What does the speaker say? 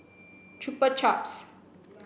Chupa Chups